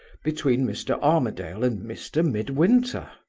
between mr. armadale and mr. midwinter.